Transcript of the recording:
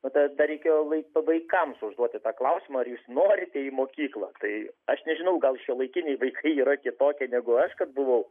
nu tada reikėjo vai vaikams užduoti tą klausimą ar jūs norite į mokyklą tai aš nežinau gal šiuolaikiniai vaikai yra kitokie negu aš kad buvau